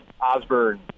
Osborne